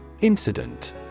Incident